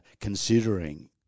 considering